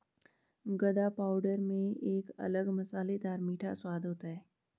गदा पाउडर में एक अलग मसालेदार मीठा स्वाद होता है